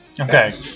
Okay